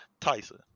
tyson